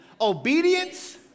Obedience